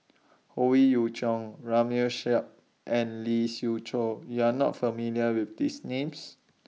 Howe Yoon Chong Ramli and Lee Siew Choh YOU Are not familiar with These Names